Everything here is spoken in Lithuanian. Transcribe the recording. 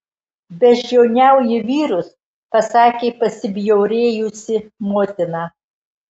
beždžioniauji vyrus pasakė pasibjaurėjusi motina